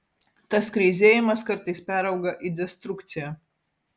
tas kreizėjimas kartais perauga į destrukciją